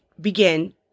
begin